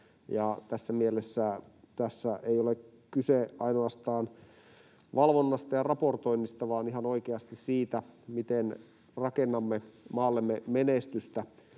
tässä mielessä tässä ei ole kyse ainoastaan valvonnasta ja raportoinnista, vaan ihan oikeasti siitä, miten rakennamme maallemme menestystä